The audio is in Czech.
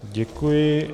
Děkuji.